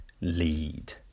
lead